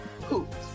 hoops